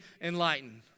enlightened